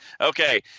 Okay